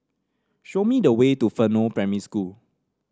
show me the way to Fernvale Primary School